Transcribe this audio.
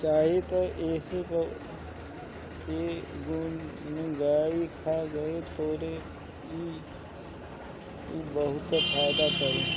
चाही त एके एहुंगईया खा ल तबो इ बहुते फायदा करी